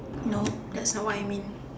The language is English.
no that's not what I mean